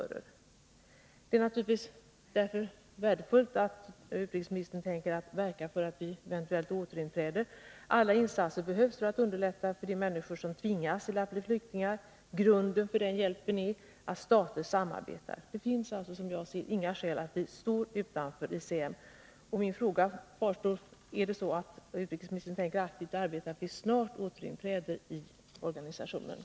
Därför är det naturligtvis värdefullt att utrikesministern tänker verka för att vi eventuellt återinträder. Alla insatser behövs för att underlätta för de människor som tvingas bli flyktingar. Grunden för den hjälpen är att stater samarbetar. Det finns alltså, som jag ser det, inget skäl till att Sverige står utanför ICM. Min fråga kvarstår: Tänker utrikesministern aktivt verka för att vi snart återinträder i ICM?